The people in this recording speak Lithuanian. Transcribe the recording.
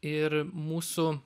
ir mūsų